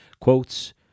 quotes